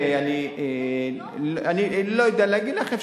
הכשרת צוות מקומי, אני לא יודע להגיד לך.